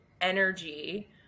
energy